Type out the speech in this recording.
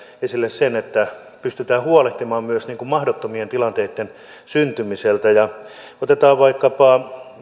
esille että pystytään huolehtimaan myös mahdottomien tilanteitten syntymisestä otetaan vaikkapa